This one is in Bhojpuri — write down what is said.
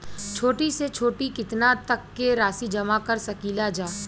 छोटी से छोटी कितना तक के राशि जमा कर सकीलाजा?